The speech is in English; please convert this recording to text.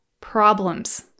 problems